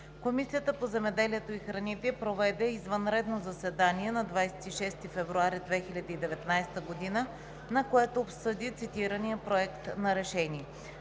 Комисията по земеделието и храните проведе извънредно заседание на 26 февруари 2019 г., на което обсъди цитирания Проект на решение.